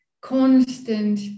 constant